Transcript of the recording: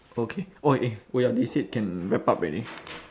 okay oh eh oh ya they said can wrap up already